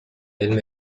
علم